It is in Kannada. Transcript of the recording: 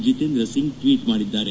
ಜಿತೇಂದ್ರಸಿಂಗ್ ಟ್ವೀಟ್ ಮಾಡಿದ್ದಾರೆ